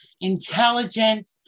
intelligent